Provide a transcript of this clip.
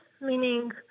meaning